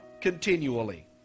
continually